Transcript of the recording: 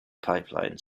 pipeline